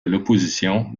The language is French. l’opposition